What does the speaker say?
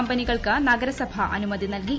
കമ്പനികൾക്ക് നഗർസഭ അനുമതി നൽകി